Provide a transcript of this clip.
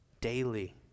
daily